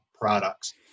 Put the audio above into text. products